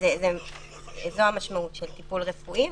זו המשמעות של טיפול רפואי,